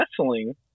Wrestling